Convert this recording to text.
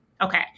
Okay